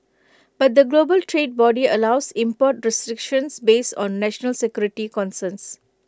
but the global trade body allows import restrictions based on national security concerns